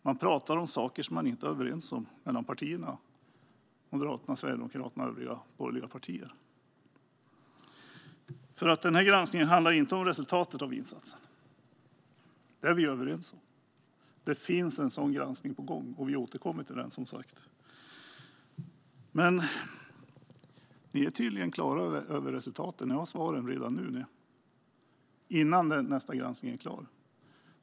Moderaterna, Sverigedemokraterna och övriga borgerliga partier pratar om saker som man inte är överens om mellan partierna. Den här granskningen handlar inte om resultatet av insatsen, och det är vi överens om. Det är en sådan granskning på gång, och den återkommer vi till som sagt. Men ni är tydligen klara över resultatet och har svaren redan innan nästa granskning är klar.